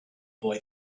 boy